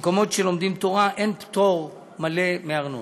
במקומות שלומדים תורה אין פטור מלא מארנונה,